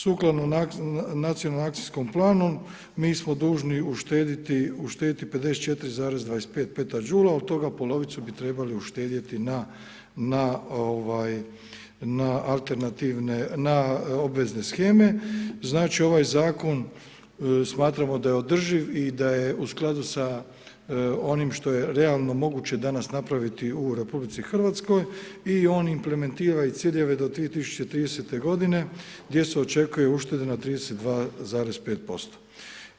Sukladno Nacionalnom akcijskom planu, mi smo dužni uštediti, uštediti 54,25 peta džula, od toga polovicu bi trebali uštedjeti na, na ovaj, na alternativne, na obvezne sheme, znači ovaj zakon smatramo da je održiv i da je u skladu sa onim što je realno danas moguće napraviti u RH i on implementira i ciljeve do 2030. godine gdje se očekuje ušteda na 32,5%